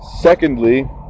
secondly